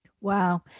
Wow